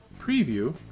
preview